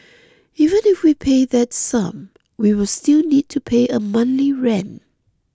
even if we pay that sum we will still need to pay a monthly rent